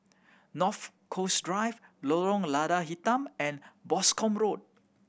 North Coast Drive Lorong Lada Hitam and Boscombe Road